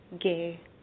gay